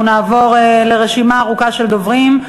אנחנו נעבור לרשימה ארוכה של דוברים.